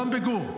גם בגור,